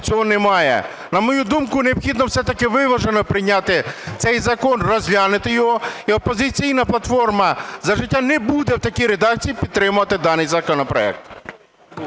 На мою думку, необхідно все-таки виважено прийняти цей закон, розглянути його. І "Опозиційна платформа – За життя" не буде в такій редакції підтримувати даний законопроект.